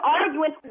arguing